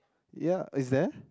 ya is there